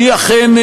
אני אכן,